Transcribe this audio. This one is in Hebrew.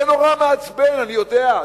זה נורא מעצבן, אני יודע.